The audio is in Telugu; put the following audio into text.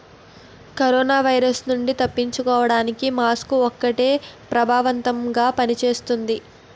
కరోనా వైరస్ నుండి తప్పించుకోడానికి మాస్కు ఒక్కటే ప్రభావవంతంగా పని చేస్తుంది